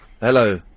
Hello